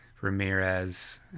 Ramirez